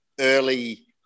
Early